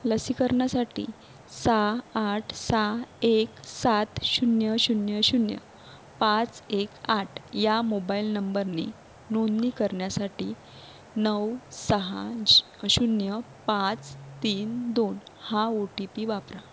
लसीकरणासाठी सहा आठ सहा एक सात शून्य शून्य शून्य पाच एक आठ या मोबाईल नंबरनी नोंदणी करण्यासाठी नऊ सहा शून्य पाच तीन दोन हा ओ टी पी वापरा